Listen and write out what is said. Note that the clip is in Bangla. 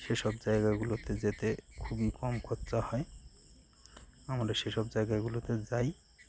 সেসব জায়গাগুলোতে যেতে খুবই কম খরচা হয় আমরা সেসব জায়গাগুলোতে যাই